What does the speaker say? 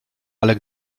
ale